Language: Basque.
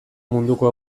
munduko